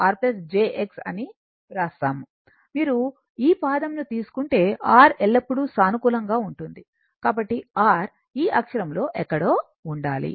ఇప్పుడు మీరు ఈ పాదం ను తీసుకుంటే R ఎల్లప్పుడూ సానుకూలంగా ఉంటుంది కాబట్టి R ఈ అక్షంలో ఎక్కడో ఉండాలి